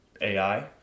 AI